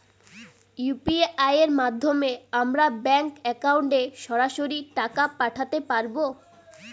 UPI এর মাধ্যমে আমরা ব্যাঙ্ক একাউন্টে সরাসরি টাকা পাঠাতে পারবো?